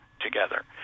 together